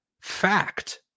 fact